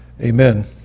Amen